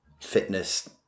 fitness